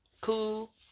cool